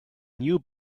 new